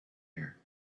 air